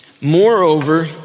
moreover